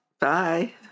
Bye